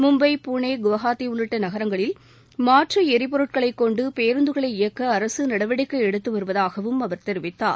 மும்பை புனே குவஹாத்தி உள்ளிட்ட நகரங்களில் மாற்று எரிபொருட்களை கொண்டு பேருந்துகளை இயக்க அரசு நடவடிக்கை எடுத்து வருவதாகவும் அவர் தெரிவித்தார்